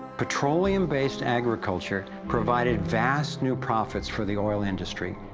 petroleum-based agriculture provided vast new profits for the oil industry,